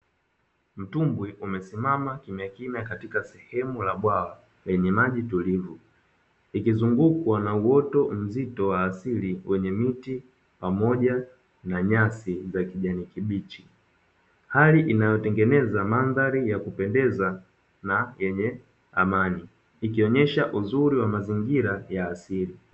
Mtumbwi umesimama kimya kimya katika sehemu ya bwawa lenye maji tulivu, ikizungukwa na uoto mzito wa asili kwenye miti pamoja na nyasi za kijani kibichi, hali inayotengeneza mandhari ya kupendeza na yenye amani ikionyesha uzuri wa mazingira ya asili.